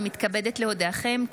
אני מתכבדת להודיעכם,